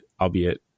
albeit